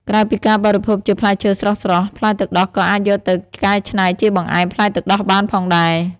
ក្រៅពីការបរិភោគជាផ្លែឈើស្រស់ៗ ផ្លែទឹកដោះក៏អាចយកទៅកែច្នៃជាបង្អែមផ្លែទឹកដោះបានផងដែរ។